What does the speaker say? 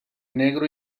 negro